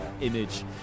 image